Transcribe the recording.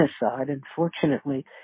unfortunately